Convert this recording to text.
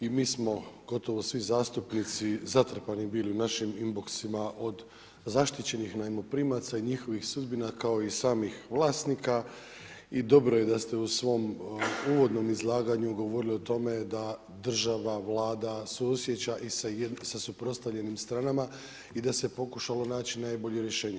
I mi smo gotovo svi zastupnici zatrpani bili u našim in box-ima od zaštićenih najmoprimaca i njihovih sudbina kao i samih vlasnika i dobro je da ste u svom uvodnom izlaganju govorili o tome da država, Vlada suosjeća i sa suprotstavljenim stranama i da se pokušalo naći najbolje rješenje.